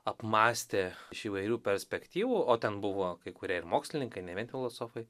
apmąstė iš įvairių perspektyvų o ten buvo kai kurie ir mokslininkai ne vien filosofai